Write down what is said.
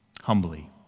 humbly